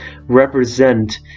represent